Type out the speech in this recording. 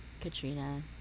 katrina